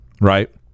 right